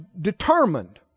determined